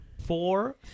four